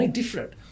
different